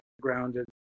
grounded